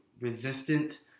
resistant